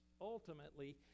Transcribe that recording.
ultimately